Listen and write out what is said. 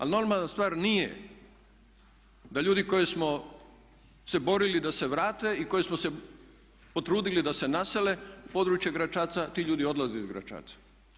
Ali normalna stvar nije da ljudi koji smo se borili da se vrate i koji smo se potrudili da se nasele u područje Gračaca ti ljudi odlaze iz Gračaca.